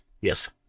yes